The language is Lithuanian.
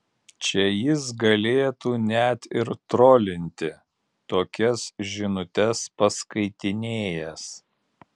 čia jis galėtų net ir trolinti tokias žinutes paskaitinėjęs